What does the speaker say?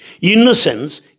Innocence